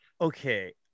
okay